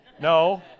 No